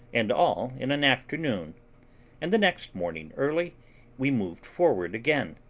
and all in an afternoon and the next morning early we moved forward again.